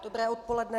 Dobré odpoledne.